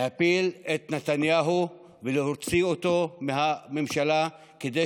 להפיל את נתניהו ולהוציא אותו מהממשלה כדי